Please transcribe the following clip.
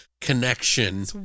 connection